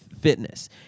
fitness